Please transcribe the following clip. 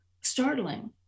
startling